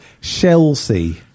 Chelsea